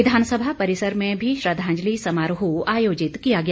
विधानसभा परिसर में भी श्रद्धांजलि समारोह आयोजित किया गया